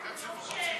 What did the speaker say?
נתקבל.